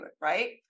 Right